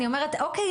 אני אומרת אוקי,